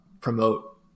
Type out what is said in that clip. promote